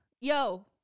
yo